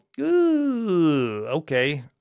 okay